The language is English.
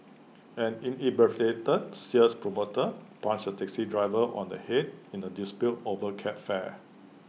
an inebriated sales promoter punched A taxi driver on the Head in A dispute over cab fare